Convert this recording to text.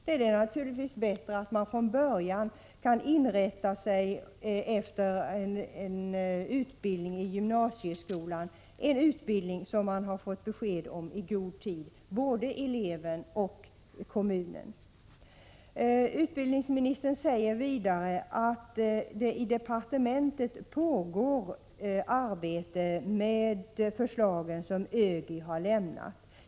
Det är naturligtvis bättre att man från början kan inrätta sig för en utbildning i gymnasieskolan, en utbildning som både eleven och kommunen har fått besked om i god tid. Utbildningsministern säger vidare att det i departementet pågår arbete med de förslag som ÖGY har lämnat.